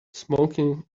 smoking